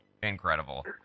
Incredible